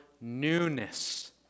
newness